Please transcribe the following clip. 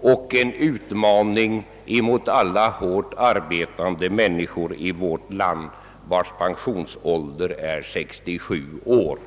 och en utmaning mot alla hårt arbetande människor i vårt land vilkas pensionsålder är 67 år.